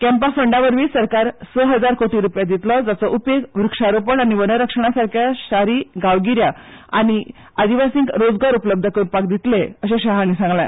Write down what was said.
कँपा फंडा वरवीं सरकार स हजार कोटी रुपया दितलो जाचो उपेग वृक्ष रोपण आनी वनरक्षणा सारक्या शारी गांवगिऱ्या आनी आदिवासी रोजगार उपलब्ध करपाक करतले अशें शाह हांणी म्हळां